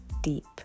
deep